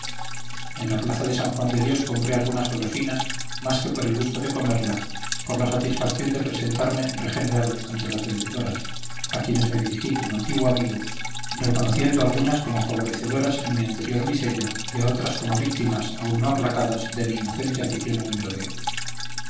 en la plaza de san juan de dios compré algunas golosinas más que por el gusto de comerlas por la satisfacción de presentarme regenerado ante las vendedoras a quienes me dirigí como antiguo amigo reconociendo a algunas como favorecedoras en mi anterior miseria y a otras como víctimas aún no aplacadas de mi inocente afición al merodeo